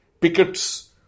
pickets